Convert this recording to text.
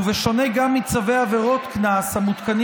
ובשונה גם מצווי עבירות קנס המותקנים